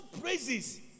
praises